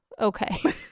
Okay